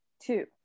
two